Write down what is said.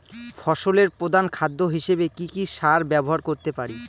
ফসলের প্রধান খাদ্য হিসেবে কি কি সার ব্যবহার করতে পারি?